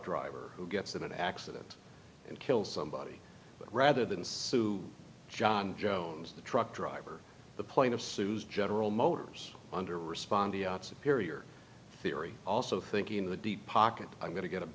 driver who gets in an accident and kills somebody rather than sue john jones the truck driver the plane of sues general motors under respond the out superior theory also thinking the deep pocket i'm going to get a